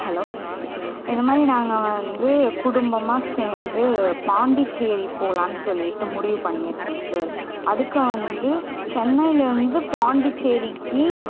hello இந்தமாதிரி நாங்கள் வந்து குடும்பமாக சேர்ந்து பாண்டிச்சேரி போகலான்னு சொல்லிட்டு முடிவு பண்ணியிருக்கோம் சார் அதுக்கு வந்து சென்னையிலேருந்து பாண்டிச்சேரிக்கு